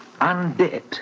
undead